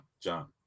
John